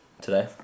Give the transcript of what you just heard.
today